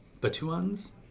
Batuans